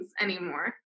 anymore